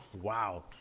wow